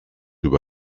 über